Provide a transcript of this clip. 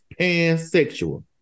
pansexual